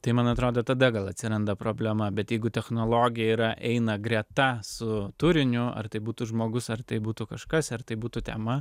tai man atrodo tada gal atsiranda problema bet jeigu technologija yra eina greta su turiniu ar tai būtų žmogus ar tai būtų kažkas ar tai būtų tema